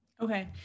Okay